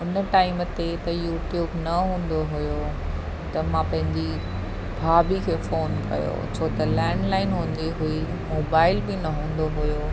उन टाइम ते त यूट्यूब न हूंदो हुयो त मां पंहिंजी भाभी खे फ़ोन कयो छो त लैंडलाइन हूंदी हुई मोबाइल बि न हूंदो हुयो